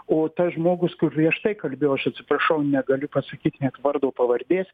o tas žmogus kur prieš tai kalbėjo aš atsiprašau negaliu pasakyt net vardo pavardės